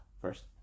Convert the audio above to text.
first